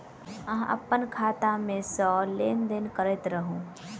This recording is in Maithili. अहाँ अप्पन खाता मे सँ लेन देन करैत रहू?